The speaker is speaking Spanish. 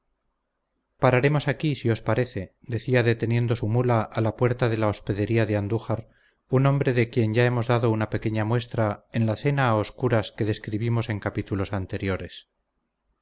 pararemos aquí si os parece decía deteniendo su mula a la puerta de la hospedería de andújar un hombre de quien ya hemos dado una pequeña muestra en la cena a oscuras que describimos en capítulos anteriores